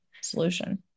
solution